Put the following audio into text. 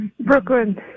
Brooklyn